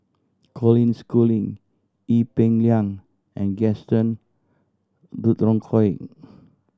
Colin Schooling Ee Peng Liang and Gaston Dutronquoy